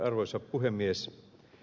arvoisa puhemies